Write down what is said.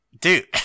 Dude